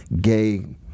gay